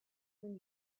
when